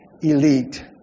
elite